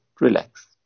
relax